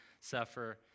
suffer